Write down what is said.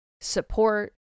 support